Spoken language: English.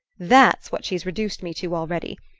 that's what she's reduced me to already.